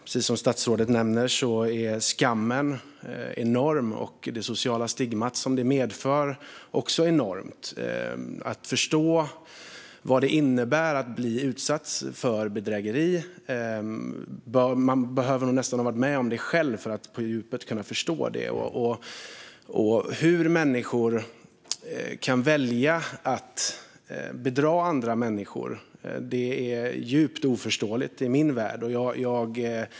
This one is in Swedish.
Precis som statsrådet nämner är skammen enorm, och det sociala stigma som detta medför är också enormt. Vad det innebär att bli utsatt för bedrägeri behöver man nog nästan ha varit med om själv för att på djupet kunna förstå. Hur människor kan välja att bedra andra människor är djupt oförståeligt i min värld.